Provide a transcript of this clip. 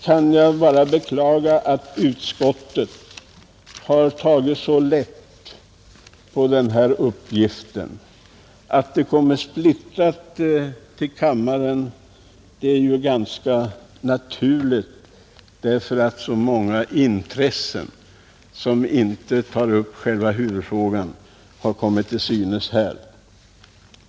Jag kan bara beklaga att utskottet har tagit så lätt på sin uppgift. Det är ganska naturligt att utskottet kommer splittrat till kammaren, därför att många intressen som inte rör själva huvudfrågan har kommit till uttryck här.